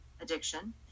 addiction